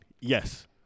Yes